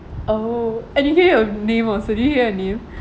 oh and you hear your name also do you hear your name